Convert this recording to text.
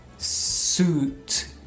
Suit